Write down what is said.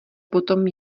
potom